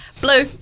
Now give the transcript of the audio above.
Blue